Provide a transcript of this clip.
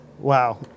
wow